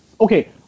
okay